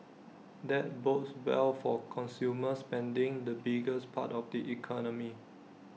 that bodes well for consumer spending the biggest part of the economy